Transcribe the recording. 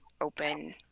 open